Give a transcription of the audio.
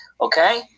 Okay